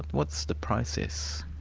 what's the process?